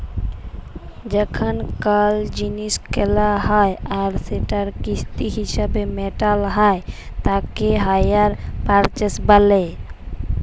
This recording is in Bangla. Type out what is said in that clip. যখল কল জিলিস কেলা হ্যয় আর সেটার দাম কিস্তি হিছাবে মেটাল হ্য়য় তাকে হাইয়ার পারচেস ব্যলে